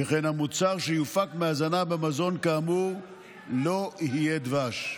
שכן המוצר שיופק מהזנה במזון כאמור לא יהיה דבש.